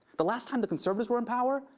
the last time the conservatives were in power,